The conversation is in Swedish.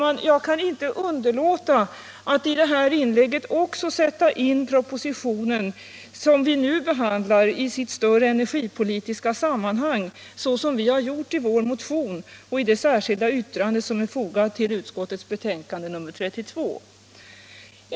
Men jag kan inte, herr talman, underlåta att i det här inlägget också sätta in den proposition som vi nu behandlar i sitt större energipolitiska sammanhang, såsom vi har gjort i vår motion och i det särskilda yttrande som är fogat till utskottets betänkande 1976/77:32.